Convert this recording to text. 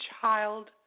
child